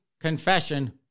confession